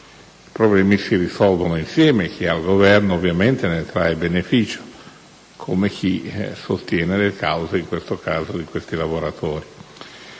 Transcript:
i problemi, cosa che si fa insieme. Il Governo ovviamente poi ne trae beneficio, come chi sostiene le cause, in questo caso, di questi lavoratori.